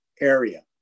area